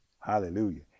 hallelujah